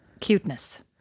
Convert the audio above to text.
cuteness